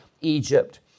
Egypt